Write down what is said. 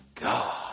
God